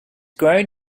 grown